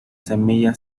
semilla